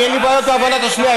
אני אין לי בעיות בהבנת השמיעה,